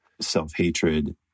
self-hatred